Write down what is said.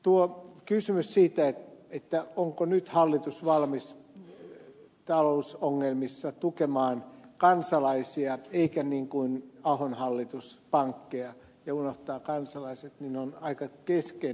tuo kysymys siitä onko hallitus nyt valmis talousongelmissa tukemaan kansalaisia eikä niin kuin ahon hallitus pankkeja ja unohtaa kansalaiset on aika keskeinen ja tärkeä